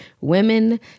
women